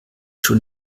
schon